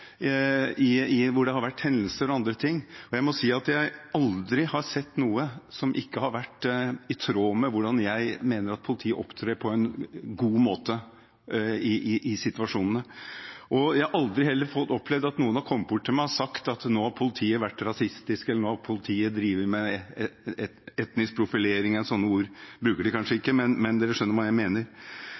hvor det har vært hendelser og andre ting, og jeg må si at jeg aldri har sett noe som ikke har vært i tråd med hvordan jeg mener politiet opptrer på en god måte i situasjonene. Jeg har heller aldri opplevd at noen har kommet bort til meg og sagt at politiet har vært rasistiske eller drevet med etnisk profilering. Sånne ord bruker de kanskje ikke, men dere skjønner hva jeg mener.